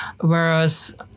Whereas